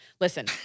Listen